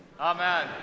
amen